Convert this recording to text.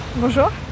Bonjour